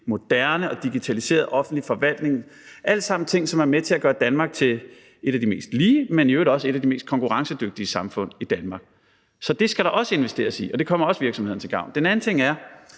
moderne og digitaliseret offentlig forvaltning – alt sammen ting, som er med til at gøre Danmark til et af de mest lige, men i øvrigt også til et af de mest konkurrencedygtige samfund. Så det skal der også investeres i, og det kommer virksomhederne til gavn. Den anden ting er